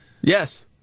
Yes